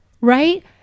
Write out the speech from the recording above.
right